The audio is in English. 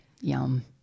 Yum